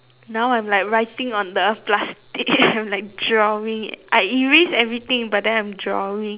now I'm like writing on the plastic I'm like drawing leh I erase everything but then I'm drawing